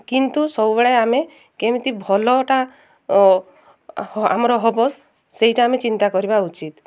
କିନ୍ତୁ ସବୁବେଳେ ଆମେ କେମିତି ଭଲଟା ଆମର ହବ ସେଇଟା ଆମେ ଚିନ୍ତା କରିବା ଉଚିତ